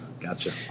Gotcha